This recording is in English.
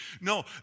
No